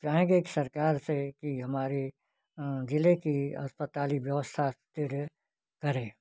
चाहेंगे क सरकार से कि हमारे ज़िले की अस्पताली व्यवस्था ठीक करे